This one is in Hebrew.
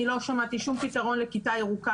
אני לא שמעתי שום פתרון לכיתה ירוקה,